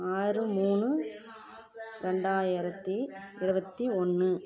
ஆறு மூணு ரெண்டாயிரத்தி இருபத்தி ஒன்று